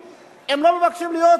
הם לא מבקשים להיות שונים,